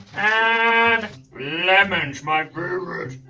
and lemons. my